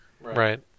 right